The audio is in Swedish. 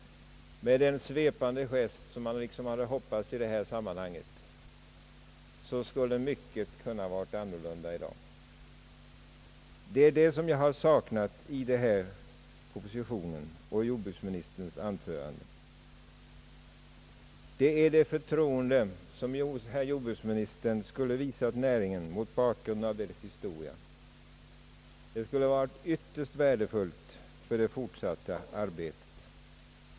Med den svepande gest som man hade hoppats på i detta sammanhang skulle mycket ha kunnat vara annorlunda i dag. Vad jag saknar i propositionen och i jordbruksministerns anförande är det förtroende som jordbruksministern borde ha visat näringen mot bakgrunden av hushållningssällskapens historia. Det skulle ha varit ytterst värdefullt för det fortsatta arbetet.